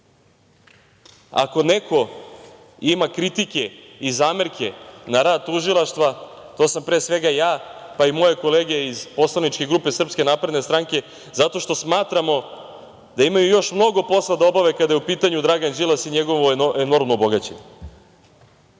neko ima kritike i zamerke na rad tužilaštva, to sam pre svega ja, pa i moje kolege iz poslaničke grupe SNS, zato što smatramo da imaju još mnogo posla da obave kada je u pitanju Dragan Đilas i njegovo enormno bogaćenje.